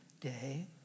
day